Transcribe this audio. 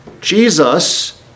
Jesus